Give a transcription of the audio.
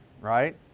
right